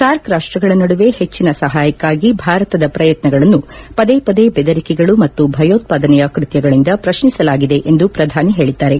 SAARC ರಾಷ್ಟಗಳ ನಡುವೆ ಹೆಚ್ಚಿನ ಸಹಾಯಕ್ಕಾಗಿ ಭಾರತದ ಪ್ರಯತ್ನಗಳನ್ನು ಪದೇ ಪದೇ ಬೆದರಿಕೆಗಳು ಮತ್ತು ಭಯೋತ್ಪಾದನೆಯ ಕೃತ್ವಗಳಿಂದ ಪ್ರಶ್ನಿಸಲಾಗಿದೆ ಎಂದು ಪ್ರಧಾನಿ ಹೇಳಿದ್ದಾರೆ